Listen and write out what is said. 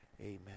Amen